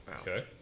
Okay